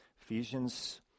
Ephesians